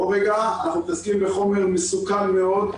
אנחנו מתעסקים בחומר מסוכן מאוד,